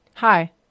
Hi